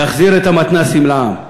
להחזיר את המתנ"סים לעם,